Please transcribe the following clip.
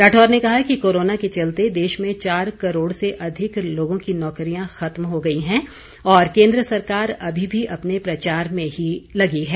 राठौर ने कहा कि कोरोना के चलते देश में चार करोड़ से अधिक लोगों की नौकरियां खत्म हो गई है और केंद्र सरकार अमी भी अपने प्रचार में ही लगी है